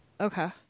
Okay